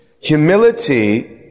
Humility